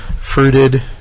fruited